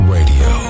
Radio